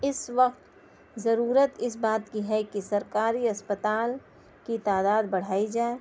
اس وقت ضرورت اس بات کی ہے کہ سرکاری اسپتال کی تعداد بڑھائی جائے